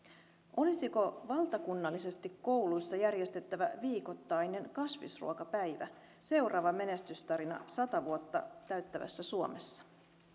olisiko valtakunnallisesti kouluissa järjestettävä viikoittainen kasvisruokapäivä seuraava menestystarina sata vuotta täyttävässä suomessa